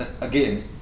again